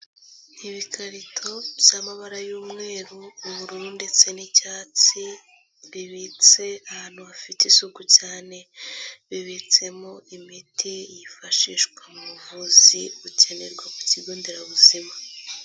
Ni ibikarito by'amabara y'umweru, ubururu ndetse n'icyatsi, bibitse ahantu hafite isuku cyane, bibitsemo imiti yifashishwa mu buvuzi bukenerwa mu kigo nderabuzima.